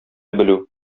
белү